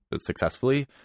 successfully